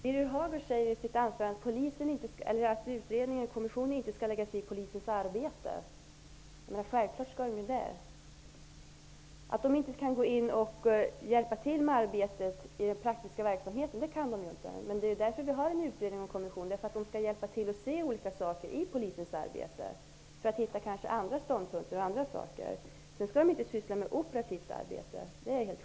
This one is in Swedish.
Fru talman! Birger Hagård säger i sitt anförande att kommissionen inte skall lägga sig i polisens arbete. Självfallet skall den göra det. Den kan inte gå in och hjälpa till med arbetet i den praktiska verksamheten, men det är därför vi tillsätter en kommission. Den skall hjälpa till med att se olika saker i polisens arbete och kanske hitta andra ståndpunkter. Det är helt självklart att den inte skall syssla med operativt arbete.